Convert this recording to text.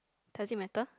does it matter